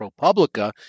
ProPublica